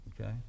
Okay